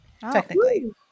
technically